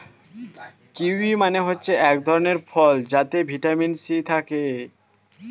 kiwi মানে হচ্ছে এক ধরণের ফল যাতে ভিটামিন সি থাকে